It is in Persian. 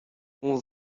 اون